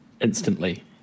instantly